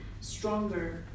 stronger